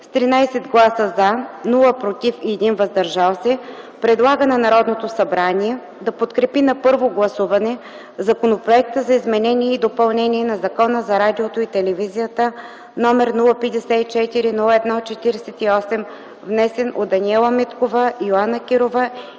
с 13 гласа „за”, без „против” и 1 „въздържал се” предлага на Народното събрание да подкрепи на първо гласуване Законопроекта за изменение и допълнение на Закона за радиото и телевизията, № 054-01-48, внесен от Даниела Миткова, Йоана Кирова